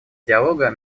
диалога